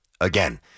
again